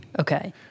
Okay